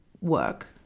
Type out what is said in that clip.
work